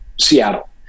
Seattle